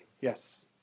yes